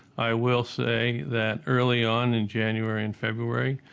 i will say that early on, in january and february,